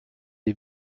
des